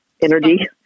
energy